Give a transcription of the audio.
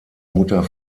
mutter